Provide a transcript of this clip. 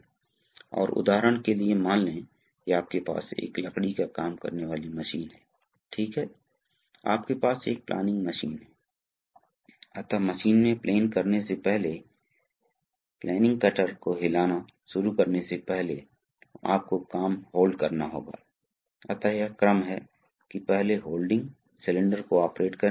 जबकि इस स्थिति में पंप ए से जुड़ा है और टैंक बी से जुड़ा है तो आप देखते हैं कि अब निर्माण से यह बिल्कुल समान है इसलिए एक ही वाल्व टू वे या फोर वे बन रहा है मूल रूप से ज्यामिति के आधार पर फिर यह कैसे क्यों है यह उसी प्रकार का आंकड़ा है केवल बात यह है कि पहले हमारे पास यह बहुत विस्तृत था